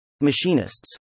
Machinists